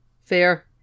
Fair